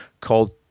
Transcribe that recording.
called